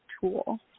tool